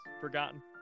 forgotten